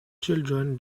children